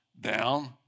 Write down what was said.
down